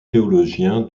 théologien